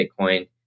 Bitcoin